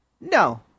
No